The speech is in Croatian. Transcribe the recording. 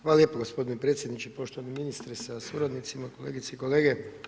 Hvala lijepo gospodine predsjedniče, poštovani ministre sa suradnicima, kolegice i kolege.